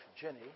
Jenny